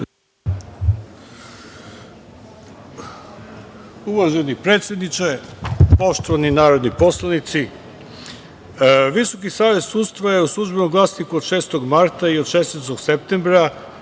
Uvaženi predsedniče, poštovani narodni poslanici, Visoki savet sudstva je u „Službenom glasniku“ od 6. marta i od 16. septembra